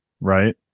right